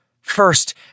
First